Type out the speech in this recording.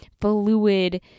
fluid